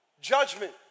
judgment